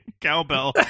cowbell